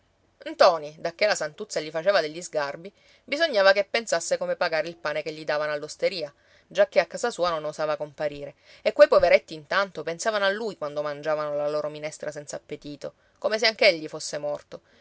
dio ntoni dacché la santuzza gli faceva degli sgarbi bisognava che pensasse come pagare il pane che gli davano all'osteria giacché a casa sua non osava comparire e quei poveretti intanto pensavano a lui quando mangiavano la loro minestra senza appetito come se anch'egli fosse morto